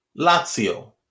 Lazio